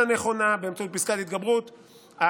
באמצעות פסקת התגברות איננה נכונה,